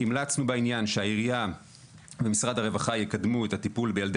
המלצנו בעניין שהעירייה ומשרד הרווחה יקדמו את הטיפול בילדי